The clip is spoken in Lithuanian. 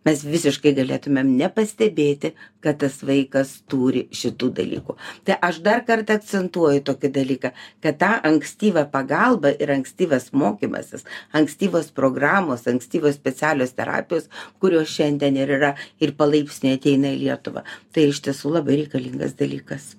mes visiškai galėtumėm nepastebėti kad tas vaikas turi šitų dalykų tai aš dar kartą akcentuoju tokį dalyką kad tą ankstyvą pagalbą ir ankstyvas mokymasis ankstyvos programos ankstyvos specialios terapijos kurios šiandien ir yra ir palaipsniu ateina į lietuvą tai iš tiesų labai reikalingas dalykas